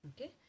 okay